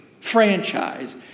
franchise